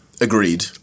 Agreed